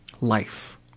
life